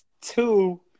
Two